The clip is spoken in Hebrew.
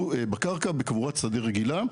התקופות בקבורת שדה רגילה,